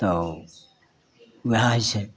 तव उएह हइ छै